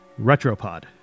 Retropod